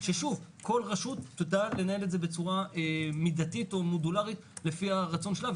כשכל רשות תדע לנהל את זה בצורה מידתית או מודולרית לפי הרצון שלה.